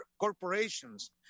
corporations